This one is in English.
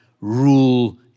rule